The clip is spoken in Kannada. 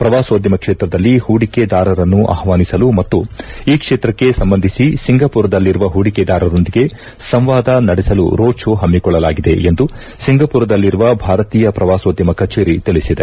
ಪ್ರವಾಸೋದ್ಗಮ ಕ್ಷೇತ್ರದಲ್ಲಿ ಹೂಡಿಕೆದಾರರನ್ನು ಆಷ್ಲಾನಿಸಲು ಮತ್ತು ಈ ಕ್ಷೇತ್ರಕ್ಷೆ ಸಂಬಂಧಿಸಿದ ಸಿಂಗಪೂರದಲ್ಲಿರುವ ಹೂಡಿಕೆದಾರರೊಂದಿಗೆ ಸಂವಾದ ನಡೆಸಲು ರೋಡ್ ಶೋ ಹಮ್ನಿಕೊಳ್ಳಲಾಗಿದೆ ಎಂದು ಸಿಂಗಪೂರನಲ್ಲಿರುವ ಭಾರತೀಯ ಪ್ರವಾಸೋದ್ಯಮ ಕಚೇರಿ ತಿಳಿಸಿದೆ